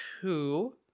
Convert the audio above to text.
two